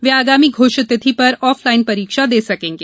वे आगामी घोषित तिथि पर ऑफलाइन परीक्षा दे सकेंगे